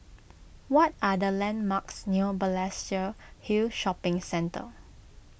what are the landmarks near Balestier Hill Shopping Centre